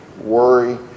worry